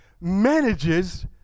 manages